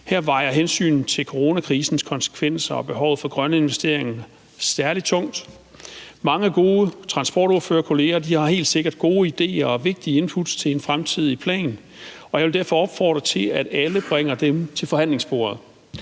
Her vejer hensynet til coronakrisens konsekvenser og behovet for grønne investeringer særlig tungt. Mange gode transportordførerkolleger har helt sikkert gode ideer og vigtige inputs til en fremtidig plan, og jeg vil derfor opfordre til, at alle bringer dem til forhandlingsbordet.